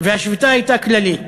והשביתה הייתה כללית.